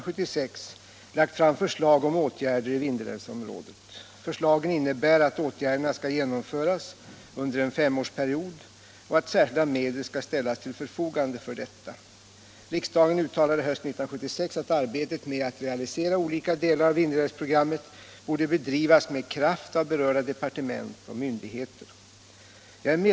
Jag är väl medveten om behovet av åtgärder i Vindelälvsområdet.